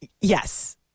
Yes